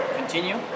continue